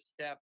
step